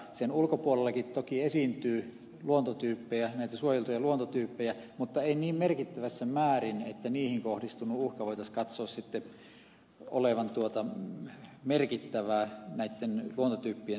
sen ulkopuolellakin toki esiintyy näitä suojeltuja luontotyyppejä mutta ei niin merkittävässä määrin että niihin kohdistuvan uhkan voitaisiin katsoa olevan merkittävä näitten luontotyyppien suojelun kannalta